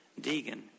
deegan